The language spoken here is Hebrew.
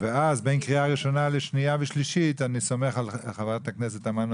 ואז בין קריאה ראשונה לשנייה ושלישית אני סומך על חברת הכנסת תמנו